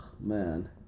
man